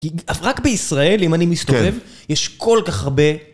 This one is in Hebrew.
כי רק בישראל, אם אני מסתובב, יש כל כך הרבה...